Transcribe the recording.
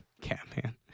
Catman